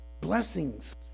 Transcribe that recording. blessings